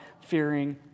fearing